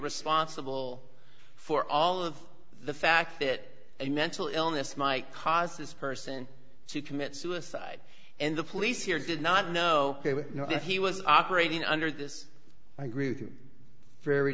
responsible for all of the fact that a mental illness my caused this person to commit suicide and the police here did not know that he was operating under this i agree with a very